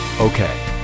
Okay